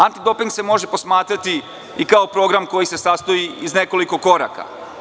Antidoping se može posmatrati i kao program koji se sastoji iz nekoliko koraka.